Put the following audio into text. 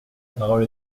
parole